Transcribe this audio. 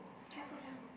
careful careful